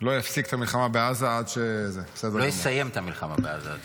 לא יפסיק את המלחמה בעזה עד --- לא יסיים את המלחמה בעזה עד